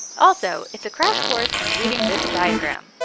also, it's a crash course in reading this diagram,